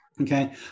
Okay